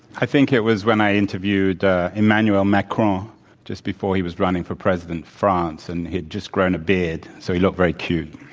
i think it was when i interviewed emmanuel macron just before he was running for president of france. and he had just grown a beard so he looked very cute.